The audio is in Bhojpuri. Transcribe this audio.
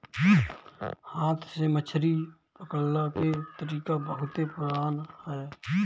हाथ से मछरी पकड़ला के तरीका बहुते पुरान ह